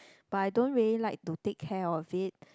but I don't really like to take care of it